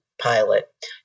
pilot